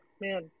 man